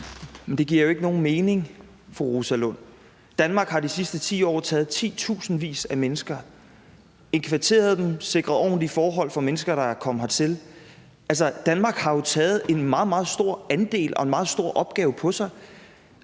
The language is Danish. Det giver jo ikke nogen mening, fru Rosa Lund. Danmark har de sidste 10 år taget titusindvis af mennesker – indkvarteret og sikret ordentlige forhold for mennesker, der er kommet hertil. Altså, Danmark har jo taget en meget, meget stor andel og har taget en meget stor opgave på sig.